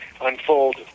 unfold